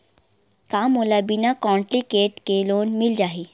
का मोला बिना कौंटलीकेट के लोन मिल जाही?